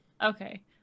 Okay